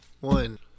One